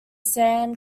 san